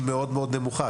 היא מאוד מאוד נמוכה.